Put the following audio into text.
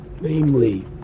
namely